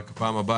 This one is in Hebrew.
רק בפעם הבאה,